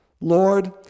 Lord